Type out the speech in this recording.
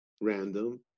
random